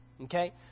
Okay